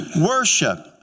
Worship